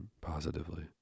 positively